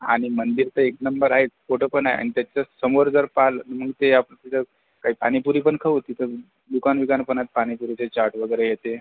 आणि मंदिर तर एक नंबर आहेच फोटो पण आहे आणि त्याच्यासमोर जर पाहाल तर ते आपलं काही पाणीपुरी पण खाऊ तिथं दुकान बिकान पण आहेत पाणीपुरीचे चाट वगैरे हे ते